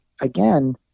again